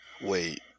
wait